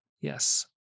Yes